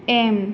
M